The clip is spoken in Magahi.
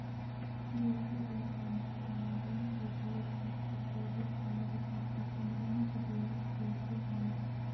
कृषि ला संचार माध्यम के उपयोग करके क्रेडिट कार्ड तक किसनवन के देवल जयते हई